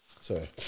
sorry